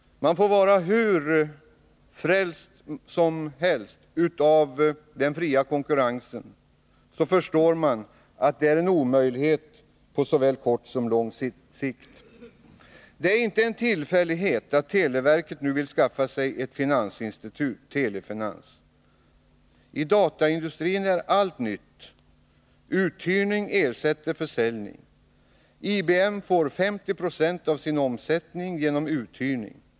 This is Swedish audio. Man får vara hur frälst som helst när det gäller den fria konkurrensen. Man måste ändå förstå att detta är en omöjlighet på såväl kort som lång sikt. Det är inte en tillfällighet att televerket nu vill skaffa sig ett finansinstitut, Telefinans. I dataindustrin är allt nytt, uthyrning ersätter försäljning. 50 96 av IBM:s omsättning utgörs av uthyrning.